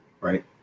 Right